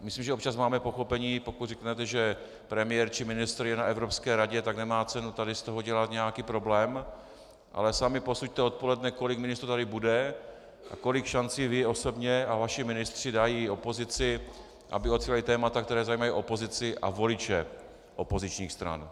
Myslím, že občas máme pochopení, pokud řeknete, že premiér či ministr je na Evropské radě, tak nemá cenu tady z toho dělat nějaký problém, ale sami posuďte odpoledne, kolik ministrů tady bude a kolik šancí vy osobně a vaši ministři dají opozici, aby otevřela témata, která zajímají opozici a voliče opozičních stran.